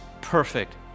perfect